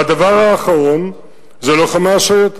והדבר האחרון זה לוחמי השייטת.